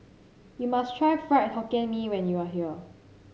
you must try Fried Hokkien Mee when you are here